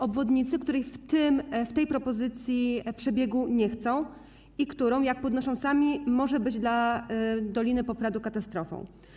Obwodnicy, której w tej propozycji przebiegu nie chcą i która, jak podnoszą sami, może być dla Doliny Popradu katastrofą.